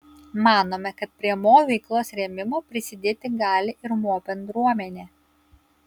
manome kad prie mo veiklos rėmimo prisidėti gali ir mo bendruomenė